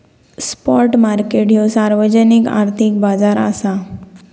spot market ह्यो सार्वजनिक आर्थिक बाजार असा